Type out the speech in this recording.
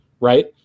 right